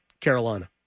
Carolina